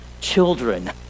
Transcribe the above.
children